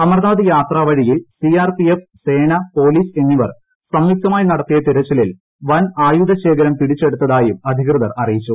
അമർനാഥ് യാത്രാവഴിയിൽ C R P F സേന police എന്നിവർ സംയുക്തമായി നടത്തിയ തിരച്ചിലിൽ വൻ ആയുധ ശേഖരം പിടിച്ചെടുത്തതായും അധികൃതർ അറിയിച്ചു